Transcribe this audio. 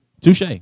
Touche